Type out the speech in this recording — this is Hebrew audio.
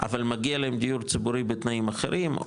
אבל מגיע להם דיור ציבורי בתנאים אחרים,